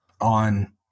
on